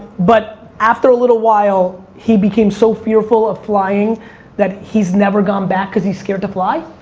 but after a little while, he became so fearful of flying that he's never gone back cause he's scared to fly?